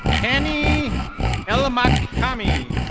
kenny alameckomie.